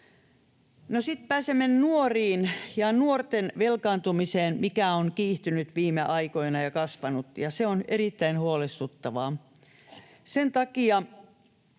sitten pääsemme nuoriin ja nuorten velkaantumiseen, mikä on kiihtynyt ja kasvanut viime aikoina, ja se on erittäin huolestuttavaa.